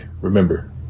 Remember